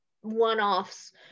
one-offs